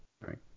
Right